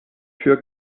für